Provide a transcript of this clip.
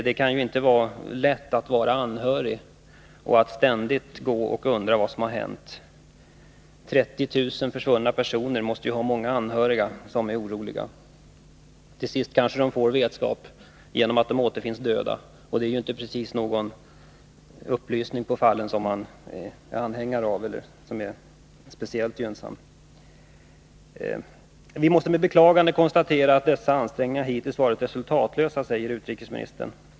Det kan inte vara lätt att vara anhörig och ständigt gå och undra vad som hänt. 30 000 försvunna personer måste ha många anhöriga som är oroliga. Till sist kanske de får vetskap, genom att de försvunna återfinns döda. Det är inte precis någon gynnsam upplysning. Utrikesministern säger: ”Vi måste med beklagande konstatera att dessa ansträngningar hittills varit resultatlösa.